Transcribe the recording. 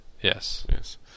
yes